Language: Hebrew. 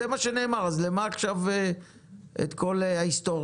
זה מה שנאמר, אז למה עכשיו את כל ההסטוריה?